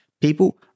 people